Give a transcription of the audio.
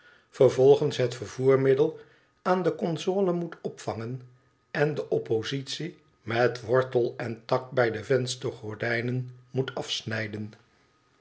vervolgens het vervoermiddel aan de console moet opvangen en de oppositie met wortel en tak bij de venstergordijnen moet aisnijden